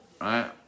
right